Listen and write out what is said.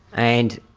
and